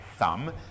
Thumb